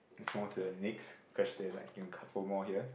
let's move on to the next question I think a couple more here